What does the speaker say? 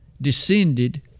descended